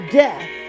death